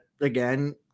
again